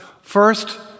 First